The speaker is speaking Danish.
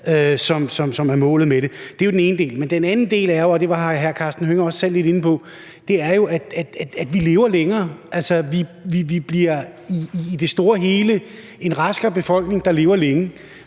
som er målet med det. Det er den ene del, men den anden del er jo – og det var hr. Karsten Hønge også selv lidt inde på – at vi lever længere, altså at vi i det store hele bliver en raskere befolkning, der lever længere.